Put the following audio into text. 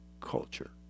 culture